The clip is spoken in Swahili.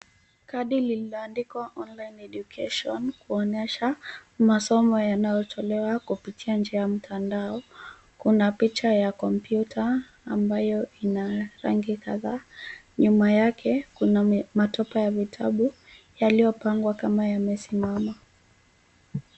Kadi lililoandikwa online education kuonyesha masomo yanayotolewa kupitia njia mtandao. Kuna picha ya kompyuta ambayo ina rangi kadhaa. Nyuma yake kuna matapa ya vitabu yaliyopangwa kama yamesimama.